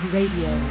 Radio